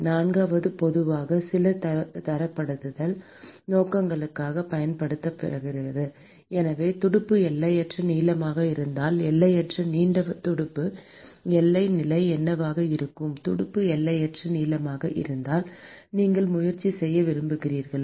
நான்காவது பொதுவாக சில தரப்படுத்தல் நோக்கங்களுக்காகப் பயன்படுத்தப்படுகிறது எனவே துடுப்பு எல்லையற்ற நீளமாக இருந்தால் எல்லையற்ற நீண்ட துடுப்பு எல்லை நிலை என்னவாக இருக்கும் துடுப்பு எல்லையற்ற நீளமாக இருந்தால் நீங்கள் முயற்சி செய்ய விரும்புகிறீர்களா